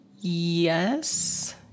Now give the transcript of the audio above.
Yes